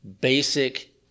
basic